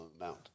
amount